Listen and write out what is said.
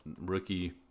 rookie